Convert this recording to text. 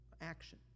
action